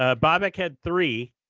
ah bobak had three,